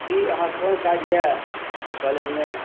की अहाँके कोन काज यए एहि कॉलेजमे